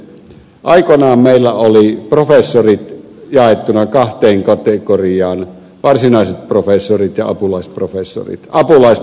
aikoinaan meillä oli professorit jaettuna kahteen kategoriaan varsinaiset professorit ja apulaisprofessorit